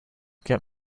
get